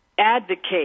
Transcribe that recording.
Advocate